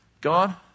God